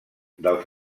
dels